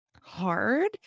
hard